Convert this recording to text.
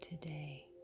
today